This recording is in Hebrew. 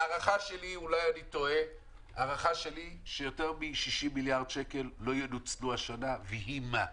ההערכה שלי היא שיותר מ-60 מיליארד שקל לא ינוצלו השנה ויהי מה.